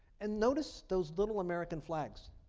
and notice those little american flags.